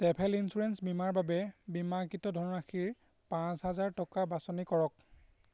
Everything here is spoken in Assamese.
ট্ৰেভেল ইঞ্চুৰেন্স বীমাৰ বাবে বীমাকৃত ধনৰাশি পাঁচহাজাৰ টকা বাছনি কৰক